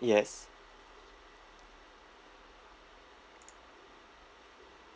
yes